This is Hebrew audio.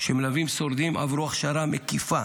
שמלווים שורדים עברו הכשרה מקיפה